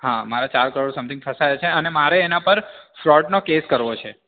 હા મારા ચાર કરોડ સમથિંગ ફસાયા છે અને મારે એના પર ફ્રોડનો કેસ કરવો છે